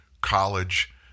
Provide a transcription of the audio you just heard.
college